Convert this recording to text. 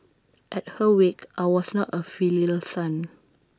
at her wake I was not A filial son